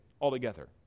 altogether